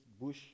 bush